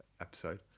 episode